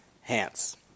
hence